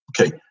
okay